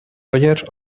rogers